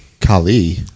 Kali